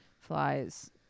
flies